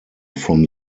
from